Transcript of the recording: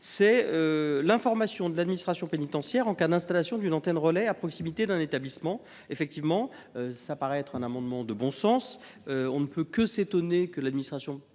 de l’information de l’administration pénitentiaire en cas d’installation d’une antenne relais à proximité d’un établissement pénitentiaire. Il s’agit d’un amendement de bon sens : on ne peut que s’étonner que l’administration pénitentiaire